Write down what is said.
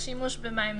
על שימוש במים זורמים.